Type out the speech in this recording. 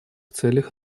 целях